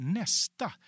nästa